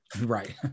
Right